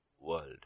world